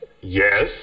Yes